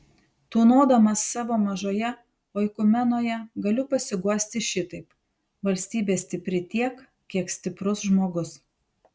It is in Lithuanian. tūnodamas savo mažoje oikumenoje galiu pasiguosti šitaip valstybė stipri tiek kiek stiprus žmogus